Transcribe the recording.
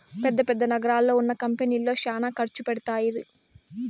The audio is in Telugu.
పెద్ద పెద్ద నగరాల్లో ఉన్న కంపెనీల్లో శ్యానా ఖర్చు పెడతారు